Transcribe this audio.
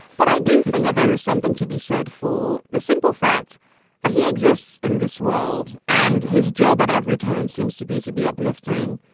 but i do think that there is something to be said for the simple fact that he exists in this world. and his job at every turn seems to be to be uplifting.